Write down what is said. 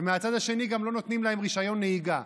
ומהצד השני גם לא נותנים להם רישיון נהיגה.